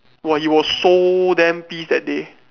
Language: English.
!wah! he was so damn pissed that day